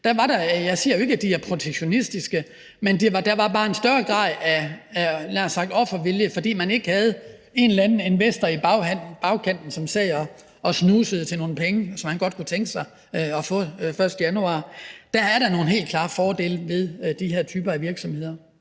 der var bare en større grad af offervilje, fordi man ikke havde en eller anden investor bag, som sad og snusede efter nogle penge, som han godt kunne tænke sig at få den 1. januar. Der er der nogle helt klare fordele ved de her typer af virksomheder.